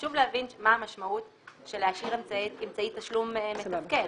חשוב להבין מה המשמעות של להשאיר אמצעי תשלום מתפקד.